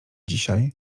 dzisiaj